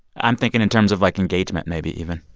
i'm thinking in terms of, like, engagement maybe, even